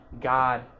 God